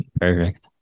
Perfect